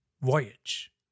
Voyage